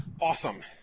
Awesome